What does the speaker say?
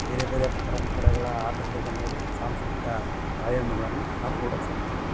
ಬೇರೆ ಬೇರೆ ಪರಂಪರೆಗಳ ಆಧಾರದ ಮೇಲೆ ಸಾಂಸ್ಕೃತಿಕ ಆಯಾಮಗಳನ್ನು ನಾವು ನೋಡೋಕೆ ಸಾಧ್ಯತೆ ಇದೆ